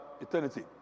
eternity